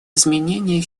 изменении